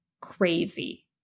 crazy